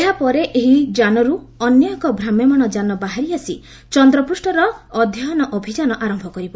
ଏହାପରେ ଏହି ଯାନର୍ ଅନ୍ୟ ଏକ ଭ୍ରାମ୍ୟମାଣ ଯାନ ବାହାରିଆସି ଚନ୍ଦ୍ରପୂଷ୍ଠର ଅଧ୍ୟନ ଅଭିଯାନ ଆରମ୍ଭ କରିବ